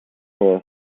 for